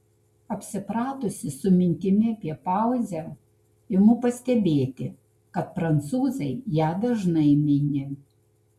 apsipratusi su mintimi apie pauzę imu pastebėti kad prancūzai ją dažnai mini